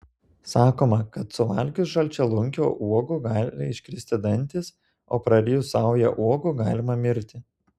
sakoma kad suvalgius žalčialunkio uogų gali iškristi dantys o prarijus saują uogų galima mirti